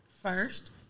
First